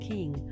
King